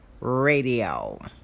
radio